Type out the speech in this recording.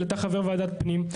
אתה חבר ועדת פנים,